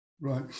Right